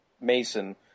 Mason